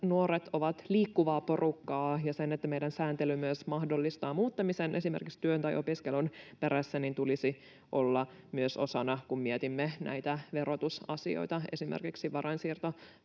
että nuoret ovat liikkuvaa porukkaa: sen, että meidän sääntely myös mahdollistaa muuttamisen esimerkiksi työn tai opiskelun perässä, tulisi myös olla osana, kun mietimme näitä verotusasioita esimerkiksi varainsiirtoveron